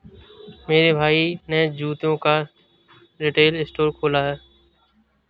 मेरे भाई ने जूतों का रिटेल स्टोर खोला है